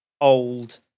old